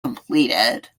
completed